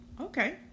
Okay